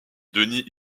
denis